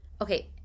okay